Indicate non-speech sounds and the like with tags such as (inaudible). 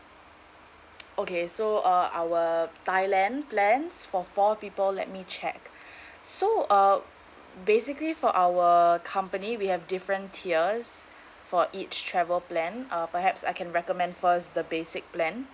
(noise) okay so uh our thailand plans for four people let me check (breath) so uh basically for our company we have different tiers for each travel plan uh perhaps I can recommend first the basic plan